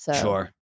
Sure